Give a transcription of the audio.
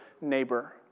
Neighbor